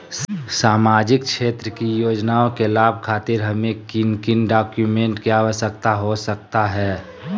सामाजिक क्षेत्र की योजनाओं के लाभ खातिर हमें किन किन डॉक्यूमेंट की आवश्यकता हो सकता है?